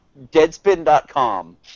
deadspin.com